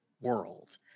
world